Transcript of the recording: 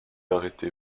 arrêté